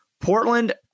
Portland